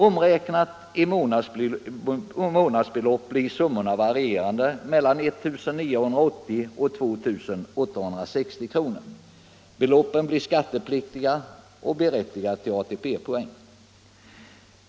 Omräknade i månadsbelopp varierar summorna mellan 1980 och 2 860 kr. Beloppen blir skattepliktiga och berättigar till ATP poäng.